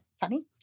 funny